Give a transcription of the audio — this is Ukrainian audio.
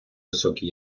високі